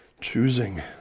choosing